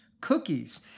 cookies